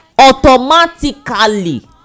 automatically